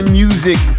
music